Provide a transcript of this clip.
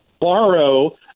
borrow